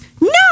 No